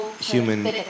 human